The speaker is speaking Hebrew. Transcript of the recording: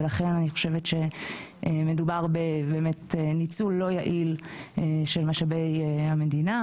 לכן אני חושבת שמדובר בניצול לא יעיל של משאבי המדינה,